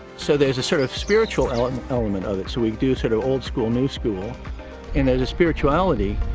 so there's a sort of spiritual element element of it so we do sort of old school, new school and there's a spirituality,